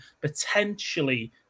potentially